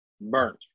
burnt